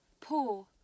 Poor